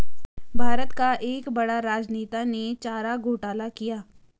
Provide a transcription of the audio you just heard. भारत का एक बड़ा राजनेता ने चारा घोटाला किया